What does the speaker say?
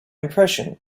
impression